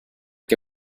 que